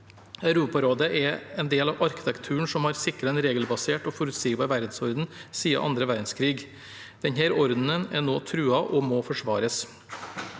Europarådet er en del av arkitekturen som har sikret en regelbasert og forutsigbar verdensorden siden andre verdenskrig. Denne ordenen er nå truet og må forsvares.